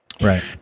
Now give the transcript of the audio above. Right